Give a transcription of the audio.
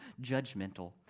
judgmental